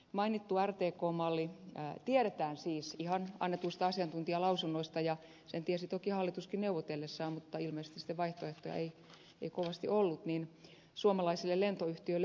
mainittu rtk malli tiedetään siis ihan annetuista asiantuntijalausunnoista ja sen tiesi toki hallituskin neuvotellessaan mutta ilmeisesti sitten vaihtoehtoja ei kovasti ollut suomalaisille lentoyhtiöille epäedulliseksi